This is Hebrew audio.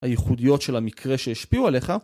הייחודיות של המקרה שהשפיעו עליך